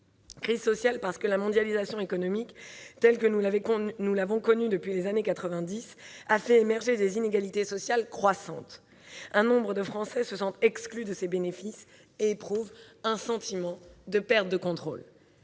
Crise sociale, d'abord, parce que la mondialisation économique, telle que nous l'avons connue depuis les années quatre-vingt-dix, a fait émerger des inégalités sociales croissantes. Nombre de Français se sentent exclus de ses bénéfices et éprouvent un sentiment de perte de contrôle.